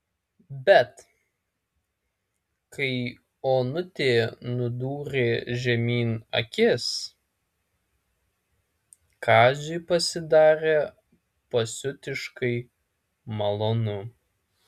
bet kai onutė nudūrė žemyn akis kaziui pasidarė pasiutiškai malonu